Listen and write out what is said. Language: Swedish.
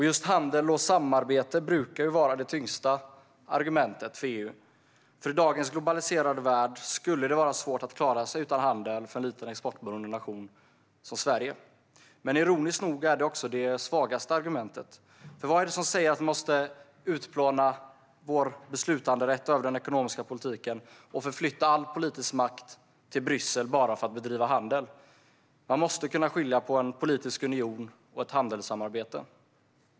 Just handel och samarbete brukar vara det tyngsta argumentet för EU, för i dagens globaliserade värld skulle det vara svårt att klara sig utan handel för en liten, exportberoende nation som Sverige. Men ironiskt nog är det också det svagaste argumentet, för vad är det som säger att vi måste utplåna vår beslutanderätt över den ekonomiska politiken och förflytta all politisk makt till Bryssel bara för att bedriva handel? Man måste kunna skilja på en politisk union och ett handelssamarbete.